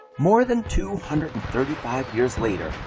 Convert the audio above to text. more than two hundred and thirty five years later,